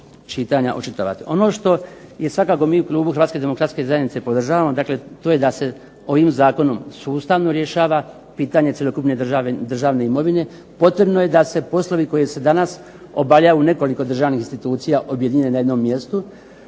čitanja. Ono što je svakako mi u klubu HDZ-a podržavamo to je da se ovim zakonom sustavno rješava pitanje cjelokupne državne imovine. Potrebno je da se poslovi koji se danas obavljaju u nekoliko državnih institucija objedine na jednom mjestu,